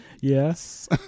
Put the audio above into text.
Yes